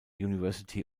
university